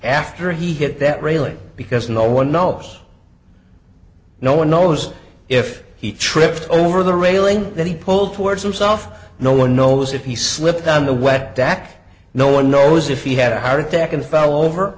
after he hit that railing because no one knows no one knows if he tripped over the railing that he pulled towards himself no one knows if he slipped on the wet back no one knows if he had a heart attack and fell over